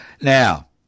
Now